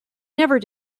never